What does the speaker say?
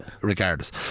Regardless